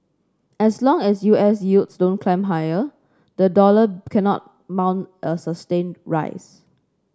as long as U S yields don't climb higher the dollar cannot mount a sustained rise